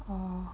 oh